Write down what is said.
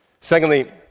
Secondly